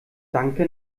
danke